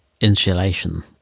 insulation